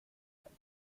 sein